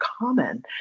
common